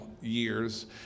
years